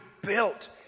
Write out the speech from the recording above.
built